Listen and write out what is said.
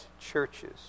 churches